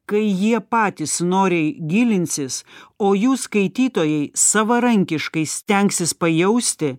kai jie patys noriai gilinsis o jų skaitytojai savarankiškai stengsis pajausti